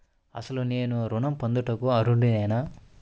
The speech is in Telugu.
అసలు నేను ఋణం పొందుటకు అర్హుడనేన?